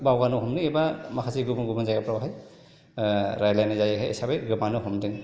बावगारनो हमदों एबा माखासे गुबुन गुबुन जायगाफ्रावहाय रायज्लायनाय जायैखाय बे हिसाबै गोमानो हमदों